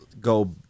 go